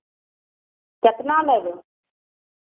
कतना लेबै